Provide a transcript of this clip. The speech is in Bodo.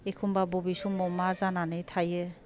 एखम्बा बबे समाव मा जानानै थायो